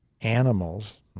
animals